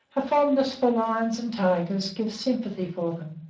a fondness for lions and tigers gives sympathy for them,